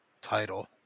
title